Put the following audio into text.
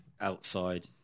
outside